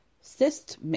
cyst